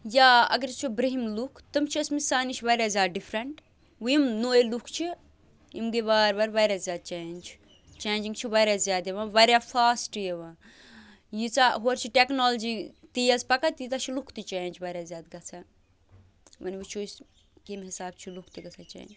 یا اَگر أسۍ وُچھو برٛونٛہِم لُکھ تِم چھِ ٲسمٕتۍ سانہِ نِش واریاہ زیادٕ ڈِفرَنٛٹ وۄنۍ یِم نٔوے لُکھ چھِ یِم گٔے وارٕ وارٕ واریاہ زیادٕ چینج چینجِنٛگ چھِ واریاہ زیادٕ یِوان واریاہ فاسٹ یِوان ییٖژاہ ہورٕ چھِ ٹیٚکنالجی تیز پَکان تیٖژاہ چھِ لُکھ تہِ چینج واریاہ زیادٕ گژھان وۄنۍ وُچھو أسۍ کَمہِ حِساب چھِ لُکھ تہِ گَژھان چیننٛج